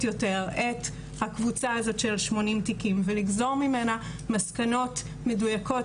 יותר את הקבוצה הזאת של 80 תיקים ולגזור ממנה מסקנות מדויקות